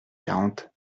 quarante